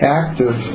active